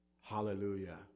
Hallelujah